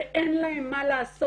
ואין להם מה לעשות.